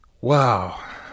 Wow